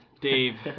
Dave